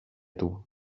του